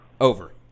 Over